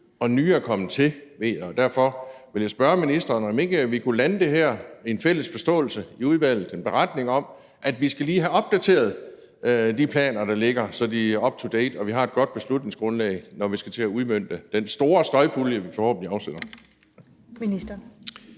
nye områder til, og derfor vil jeg spørge ministeren, om vi ikke i udvalget kunne lande det her i en beretning om, at vi lige skal have opdateret de planer, der ligger, så de er up to date, og vi har et godt beslutningsgrundlag, når vi skal til at udmønte den store støjpulje, vi forhåbentlig afsætter.